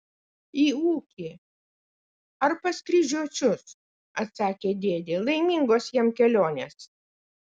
į ūkį ar pas kryžiuočius atsakė dėdė laimingos jam kelionės